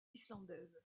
islandaise